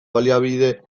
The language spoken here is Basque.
baliabide